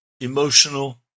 emotional